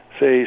Say